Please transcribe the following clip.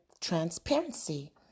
transparency